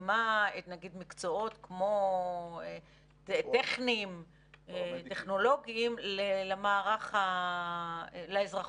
שמתאימה מקצועות טכניים, טכנולוגיים, לאזרחות.